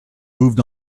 moved